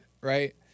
right